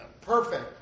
perfect